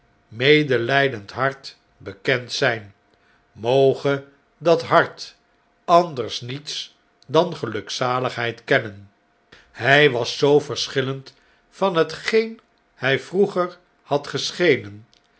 eerbiedigen hart bekend zjjn moge dat hart anders niets dan gelukzaligheid kennenl hjj was zoo verschillend van hetgeen hjj vroeger had geschenen